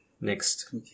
Next